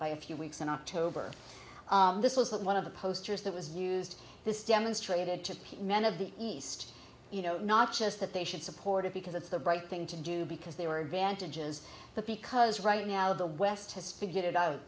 by a few weeks in october this was that one of the posters that was used this demonstrated to many of the east not just that they should support it because it's the right thing to do because they were advantages but because right now the west has figured it out